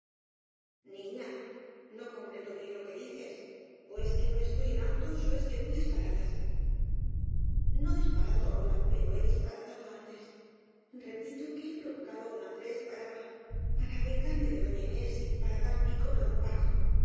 iña no comprendo bien lo que dices o es que no estoy en autos ó es que tú disparatas no disparato ahora pero he disparatado an tes repito que he provocado á don andrés para vengarme de doña inés y para dar picón á don paco